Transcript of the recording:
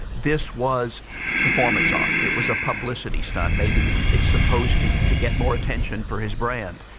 this was performance art. it was a publicity stunt. maybe it's supposed to to get more attention for his brand.